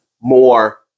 more